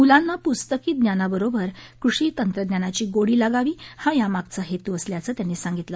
मुलांना प्स्तकी ज्ञानाबरोबरच कृषी तंत्रज्ञानाची गोडी लागावी हा यामागचा हेतू असल्याचं त्यांनी सांगितलं